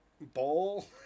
bowl